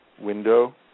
window